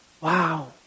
wow